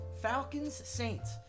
Falcons-Saints